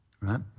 right